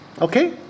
Okay